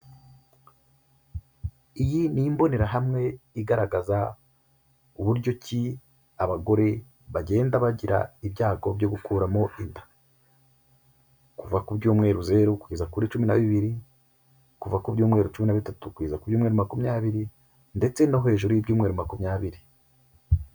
Iyi ni imbonerahamwe igaragaza uburyo ki abagore bagenda bagira ibyago byo gukuramo inda, kuva ku byumweru zeru kugeza kuri cumi na bibiri, kuva ku byumweru cumi bitatu kugeza ku byumweru makumyabiri ndetse no hejuru y'ibyumweru makumyabiri.